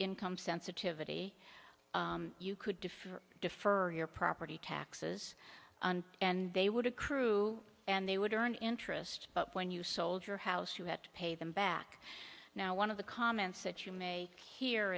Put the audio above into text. income sensitivity you could if defer your property taxes and they would accrue and they would earn interest but when you sold your house you have to pay them back now one of the comments that you make he